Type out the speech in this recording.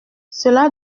cela